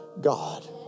God